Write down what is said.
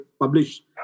published